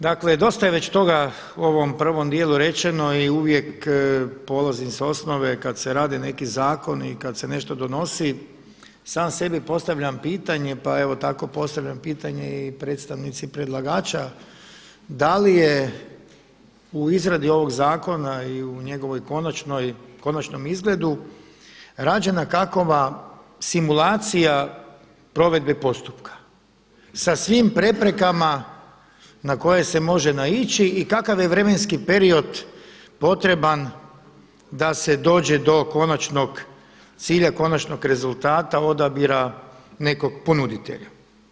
Dakle dosta je već toga u ovom prvom djelu rečeno i uvijek polazim sa osnove kad se radi neki zakon i kad se nešto donosi sam sebi postavljam pitanje pa evo tako postavljam pitanje i predstavnici predlagača da li je u izradi ovog zakona i u njegovoj konačnoj, konačnom izgledu rađena kakva simulacija provedbe postupka sa svim preprekama na koje se može naići i kakav je vremenski period potreban da se dođe do konačnog cilja, konačnog rezultata odabira nekog ponuditelja.